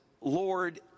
Lord